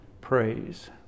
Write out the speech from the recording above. praise